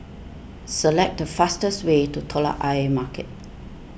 select the fastest way to Telok Ayer Market